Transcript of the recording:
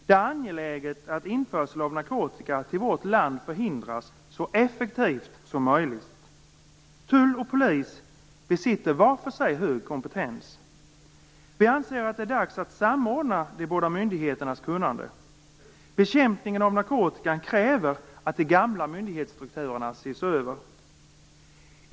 Det är angeläget att införsel av narkotika till vårt land förhindras så effektivt som möjligt. Tull och polis besitter var för sig hög kompetens. Vi anser att det är dags att samordna de båda myndigheternas kunnande. Bekämpningen av narkotikan kräver att de gamla myndighetsstrukturerna ses över.